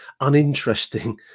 uninteresting